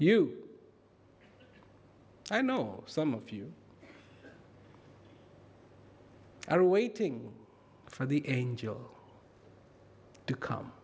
you i know some of you are waiting for the angels to come